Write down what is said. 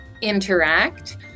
interact